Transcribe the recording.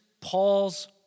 Paul's